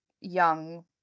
young